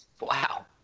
Wow